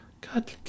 God